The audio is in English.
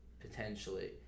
potentially